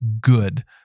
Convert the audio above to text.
good